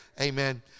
Amen